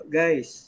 guys